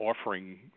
offering